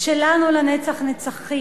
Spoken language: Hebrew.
"שלנו לנצח נצחים".